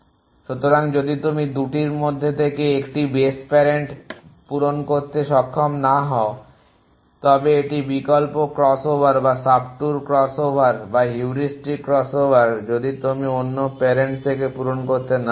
সুতরাং যদি তুমি 2 টির মধ্যে থেকে 1টি বেস প্যারেন্ট পূরণ করতে সক্ষম না হও তবে এটি বিকল্প ক্রসওভার বা সাবট্যুর ক্রসওভার বা হিউরিস্টিক ক্রসওভার যদি তুমি অন্য প্যারেন্ট থেকে পূরণ করতে না পারো